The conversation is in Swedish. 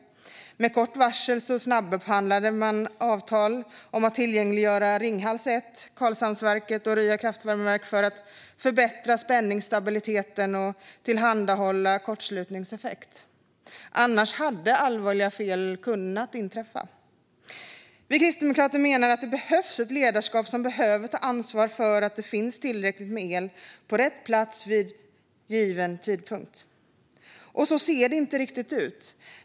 Med kort varsel snabbupphandlades avtal om att tillgängliggöra Ringhals 1, Karlhamnsverket och Rya kraftvärmeverk för att förbättra spänningsstabiliteten och tillhandahålla kortslutningseffekt. Allvarliga fel hade annars kunnat inträffa. Vi kristdemokrater menar att det behövs ett ledarskap som tar ansvar för att det ska finnas tillräckligt med el på rätt plats vid varje given tidpunkt. Så ser det inte riktigt ut.